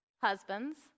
husbands